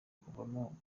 kuvamo